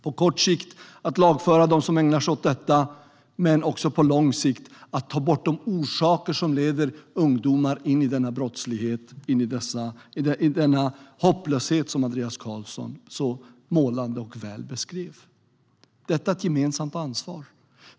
På kort sikt är det viktigt att lagföra dem som ägnar sig åt detta och på lång sikt att ta bort de orsaker som leder ungdomar in i denna brottslighet och denna hopplöshet som Andreas Carlson så målande och väl beskrev. Detta är ett gemensamt ansvar.